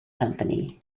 company